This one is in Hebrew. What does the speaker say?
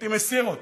שהייתי מסיר אותו,